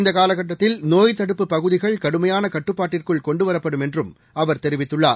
இந்த காலக்கட்டத்தில் நோய் தடுப்புப் பகுதிகள் கடுமையான கட்டுப்பாட்டுக்குள் கொண்டுவரப்படும் என்றும் அவர் தெரிவித்துள்ளார்